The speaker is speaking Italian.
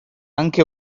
anche